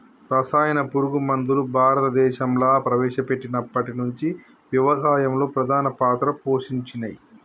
రసాయన పురుగు మందులు భారతదేశంలా ప్రవేశపెట్టినప్పటి నుంచి వ్యవసాయంలో ప్రధాన పాత్ర పోషించినయ్